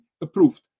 approved